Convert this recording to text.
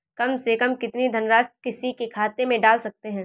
कम से कम कितनी धनराशि किसी के खाते में डाल सकते हैं?